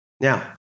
Now